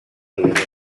evento